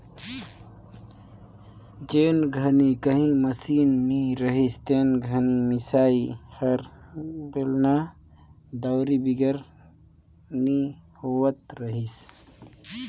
जेन घनी काही मसीन नी रहिस ते घनी मिसई हर बेलना, दउंरी बिगर नी होवत रहिस